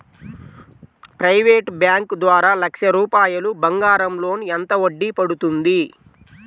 Private bank ద్వారా లక్ష రూపాయలు బంగారం లోన్ ఎంత వడ్డీ పడుతుంది?